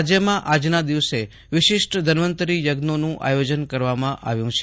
રાજ્યમાં આજના દિવસે વિશિષ્ટ ધન્વંતરી યજ્ઞોનું આયોજન કરવામાં આવ્યું છે